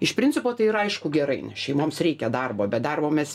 iš principo tai yra aišku gerai nes šeimoms reikia darbo be darbo mes